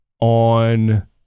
on